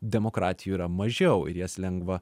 demokratijų yra mažiau ir jas lengva